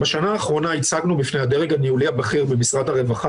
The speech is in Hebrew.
בשנה האחרונה הצגנו בפני הדרג הניהולי הבכיר במשרד הרווחה